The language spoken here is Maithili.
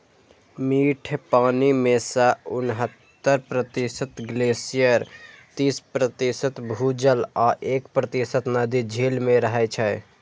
मीठ पानि मे सं उन्हतर प्रतिशत ग्लेशियर, तीस प्रतिशत भूजल आ एक प्रतिशत नदी, झील मे रहै छै